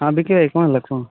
ହଁ ବିକି ଭାଇ କ'ଣ ହେଲା କୁହ